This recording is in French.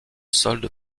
solde